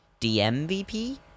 dmvp